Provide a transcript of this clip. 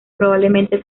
probablemente